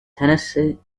tennessee